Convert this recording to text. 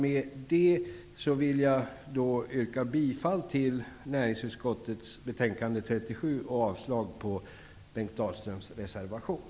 Med detta yrkar jag bifall till näringsutskottets hemställan i betänkande 37 och avslag på Bengt Dalströms reservation.